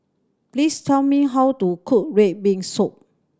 please tell me how to cook red bean soup